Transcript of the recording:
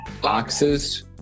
boxes